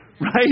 Right